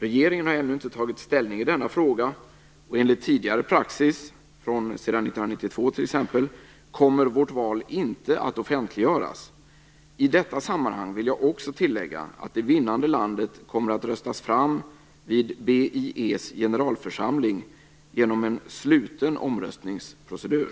Regeringen har ännu inte tagit ställning i denna fråga, och enligt tidigare praxis, sedan t.ex. 1992, kommer vårt val inte att offentliggöras. I detta sammanhang vill jag också tillägga att det vinnande landet kommer att röstas fram vid BIE:s generalförsamling genom en sluten omröstningsprocedur.